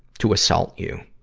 to assault you.